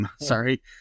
sorry